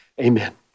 Amen